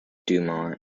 dumont